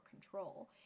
control